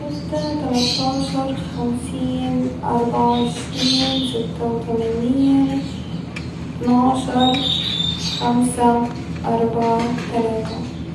ستة تلاتاشر خمسين أربعة وعشرين ستة وتمانين اتناشر خمسة أربعة تلاتة